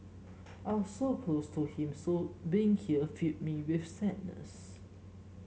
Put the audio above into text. I were so close to him so being here fill me with sadness